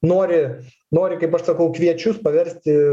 nori nori kaip aš sakau kviečius paversti